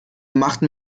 machten